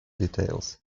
details